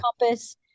compass